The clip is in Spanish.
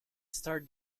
star